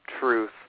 truth